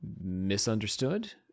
misunderstood